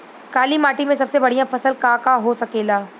काली माटी में सबसे बढ़िया फसल का का हो सकेला?